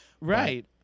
Right